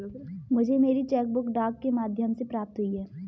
मुझे मेरी cheque book डाक के माध्यम से प्राप्त हुई है